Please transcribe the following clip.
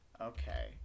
Okay